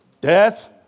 Death